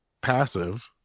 passive